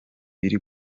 biri